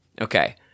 Okay